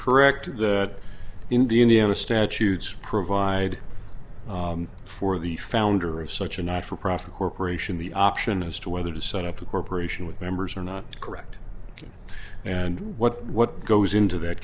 correct to the indiana statutes provide for the founder of such a not for profit corporation the option as to whether to set up a corporation with members or not correct and what what goes into that